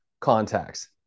contacts